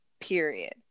Period